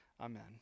Amen